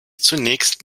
zunächst